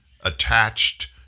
attached